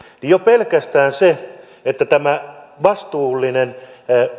niin jo pelkästään sen takia että tämä vastuullinen